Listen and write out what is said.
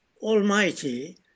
Almighty